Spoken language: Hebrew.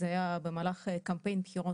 זה היה במהלך קמפיין בחירות,